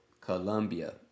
Colombia